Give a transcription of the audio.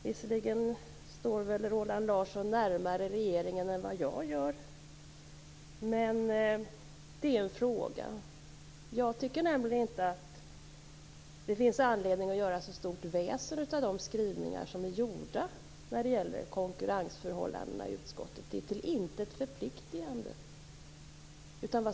Visserligen står väl Roland Larsson närmare regeringen än vad jag gör, men det är en fråga. Jag tycker nämligen inte att det finns anledning att göra så stort väsen av skrivningarna i betänkandet om konkurrensförhållandena. De är till intet förpliktigande.